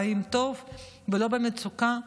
חיים טוב ולא במצוקה.